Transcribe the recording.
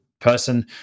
person